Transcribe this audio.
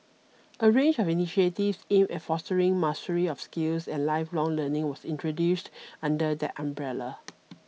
a range of initiatives aimed at fostering mastery of skills and lifelong learning was introduced under that umbrella